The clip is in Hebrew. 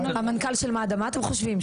מה אתם חושבים,